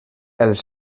els